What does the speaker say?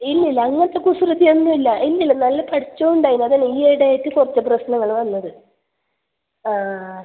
ഇല്ല ഇല്ല അങ്ങനത്തെ കുസൃതി ഒന്നും ഇല്ല ഇല്ല ഇല്ല നല്ല പഠിച്ചും ഉണ്ടായിന് അത് അല്ല ഈയിടെ ആയിട്ട് കുറച്ച് പ്രശ്നങ്ങൾ വന്നത് ആ